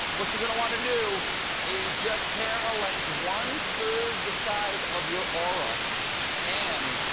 what you're going to want to do is just tear a length one-third the size of your aura and